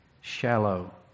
shallow